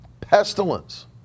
pestilence